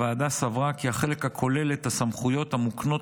הוועדה סברה כי החלק הכולל את הסמכויות המוקנות